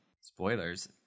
Spoilers